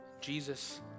Jesus